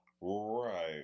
Right